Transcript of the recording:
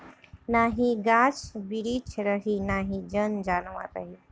नाही गाछ बिरिछ रही नाही जन जानवर रही